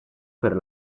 per